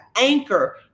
anchor